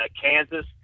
Kansas